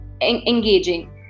engaging